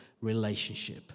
relationship